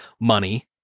money